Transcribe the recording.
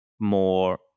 more